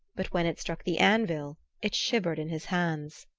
but when it struck the anvil it shivered in his hands.